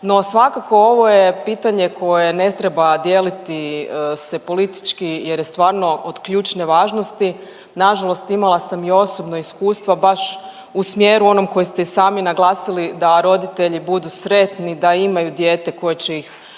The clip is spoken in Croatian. No svakako ovo je pitanje koje ne treba dijeliti se politički jer je stvarno od ključne važnosti. Nažalost, imala sam i osobno iskustvo baš u smjeru onom koji ste i sami naglasili da roditelji budu sretni da imaju dijete koje će ih čuvati